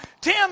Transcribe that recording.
Tim